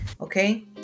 okay